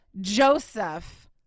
Joseph